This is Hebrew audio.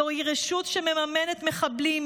זוהי רשות שמממנת מחבלים,